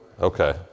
Okay